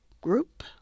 group